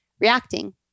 reacting